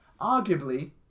Arguably